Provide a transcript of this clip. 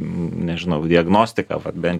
nežinau diagnostiką va bent